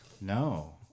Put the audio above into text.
No